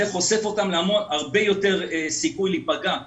חושף אותם להרבה יותר סיכוי להיפגע כקורבנות,